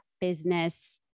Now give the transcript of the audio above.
business